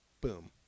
Boom